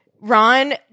Ron